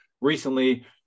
Recently